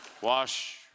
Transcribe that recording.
Wash